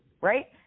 right